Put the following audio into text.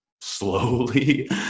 slowly